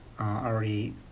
already